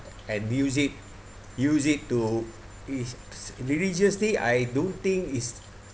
and use it use it to is religiously I don't think is